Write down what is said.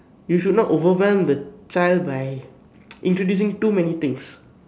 you should not overwhelm the child by introducing too many things